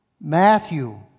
Matthew